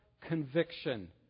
conviction